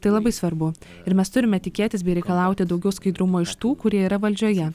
tai labai svarbu ir mes turime tikėtis bei reikalauti daugiau skaidrumo iš tų kurie yra valdžioje